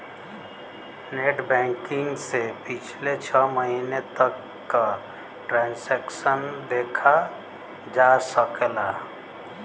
net banking से पिछले छः महीने तक क ट्रांसैक्शन देखा जा सकला